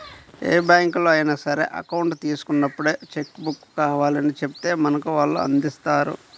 ఏ బ్యాంకులో అయినా సరే అకౌంట్ తీసుకున్నప్పుడే చెక్కు బుక్కు కావాలని చెబితే మనకు వాళ్ళు అందిస్తారు